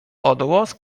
odgłos